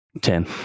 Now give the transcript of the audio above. Ten